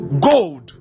gold